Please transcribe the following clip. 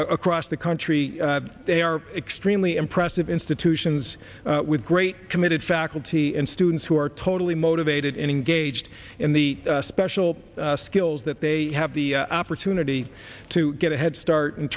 cross the country they are extremely impressive institutions with great committed faculty and students who are totally motivated and engaged in the special skills that they have the opportunity to get a head start in